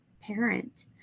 parent